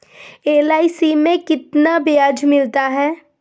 LIC में कितना ब्याज मिलता है?